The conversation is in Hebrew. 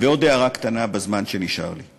ועוד הערה קטנה בזמן שנשאר לי: